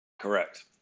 Correct